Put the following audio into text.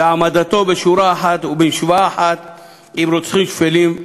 בהעמדתו בשורה אחת ובמשוואה אחת עם רוצחים שפלים,